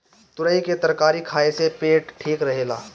तुरई के तरकारी खाए से पेट ठीक रहेला